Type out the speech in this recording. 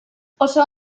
oso